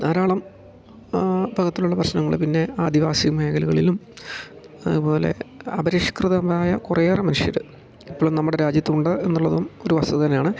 ധാരാളം പകത്തിലുള്ള പ്രശ്നങ്ങൾ പിന്നെ ആദിവാസി മേഖലകളിലും അതുപോലെ അപരിഷ്കൃതമായ കുറേ ഏറെ മനുഷ്യർ ഇപ്പോഴും നമ്മുടെ രാജ്യത്തുണ്ട് എന്നുള്ളതും ഒരു വസ്തുത തന്നെയാണ്